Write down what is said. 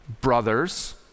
brothers